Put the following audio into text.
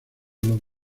los